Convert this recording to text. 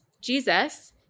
Jesus